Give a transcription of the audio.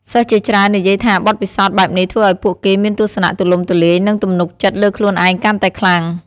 សិស្សជាច្រើននិយាយថាបទពិសោធន៍បែបនេះធ្វើឲ្យពួកគេមានទស្សនៈទូលំទូលាយ និងទំនុកចិត្តលើខ្លួនឯងកាន់តែខ្លាំង។